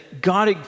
God